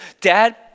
Dad